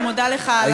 אני מודה לך,